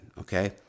okay